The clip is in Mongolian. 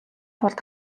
тулд